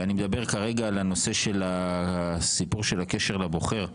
ואני מדבר כרגע על הנושא של הסיפור של הקשר לבוחר.